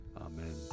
Amen